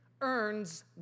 earns